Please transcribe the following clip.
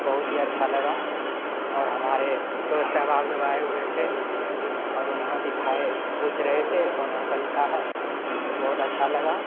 بہت ہی اچھا لگا اور ہمارے دوست احباب لوگ آئے ہوئے تھے اور انہوں بھی کھائے پوچھ رہے تھے کون ہوٹل کا ہے بہت اچھا لگا